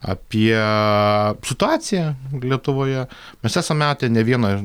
apie situaciją lietuvoje mes esam matę ne vieną